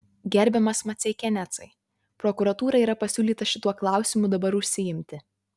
gerbiamas maceikianecai prokuratūrai yra pasiūlyta šituo klausimu dabar užsiimti